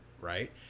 right